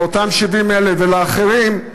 לאותם 70,000 ולאחרים,